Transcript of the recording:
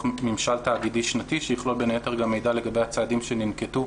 ממשל תאגידי שנתי שיכלול בין היתר גם מידע לגבי הצעדים שננקטו,